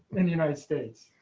in the united states,